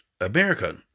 America